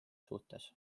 suhtes